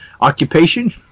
Occupation